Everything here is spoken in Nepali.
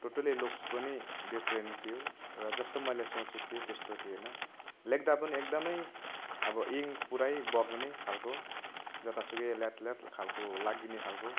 टोटली लुक्स पनि डिफरेन्ट थियो र जस्तो मैले सोचेको थिएँ त्यस्तो थिएन लेख्दा पनि एकदमै अब इङ्क पुरै बग्ने खालको जतासुकै ल्यातल्यात खालको लागिने खालको